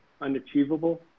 unachievable